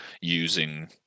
using